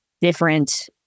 different